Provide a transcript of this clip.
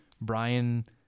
Brian